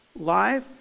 Life